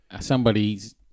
somebody's